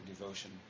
devotion